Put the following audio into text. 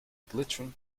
glittering